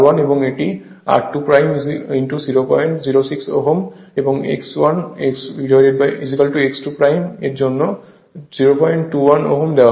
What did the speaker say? এবং এটি r 1r2 006 ohm এবং x 1x 2 এর জন্য 021 ওহম দেওয়া হয়েছে